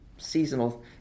seasonal